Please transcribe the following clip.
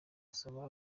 asaba